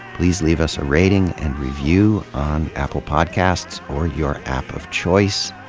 please leave us a rating and review on apple podcasts or your app of choice.